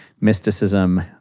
mysticism